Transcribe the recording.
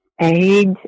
age